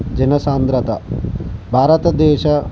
జన సాంద్రత భారతదేశ